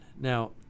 Now